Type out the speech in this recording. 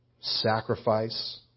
Sacrifice